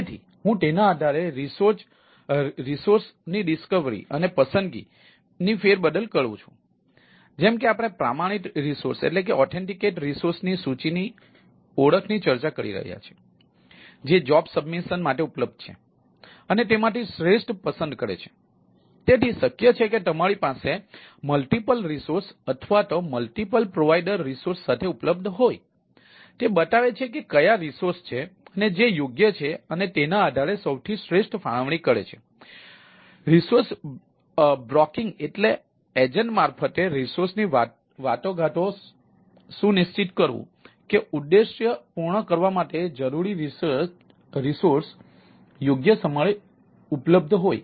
તેથી જેમ કે આપણે પ્રમાણિત રિસોર્સ એટલે એજન્ટ મારફતે રિસોર્સની વાટાઘાટો સુનિશ્ચિત કરવું કે ઉદ્દેશો પૂર્ણ કરવા માટે જરૂરી રિસોર્સ યોગ્ય સમયે ઉપલબ્ધ હોય